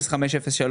תכנית 70-05-03,